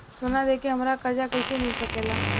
सोना दे के हमरा कर्जा कईसे मिल सकेला?